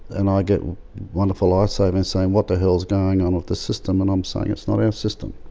and i get wonderful lifesavers saying, what the hell's going on with the system? and i'm saying it's not our system.